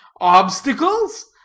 Obstacles